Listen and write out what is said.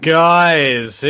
guys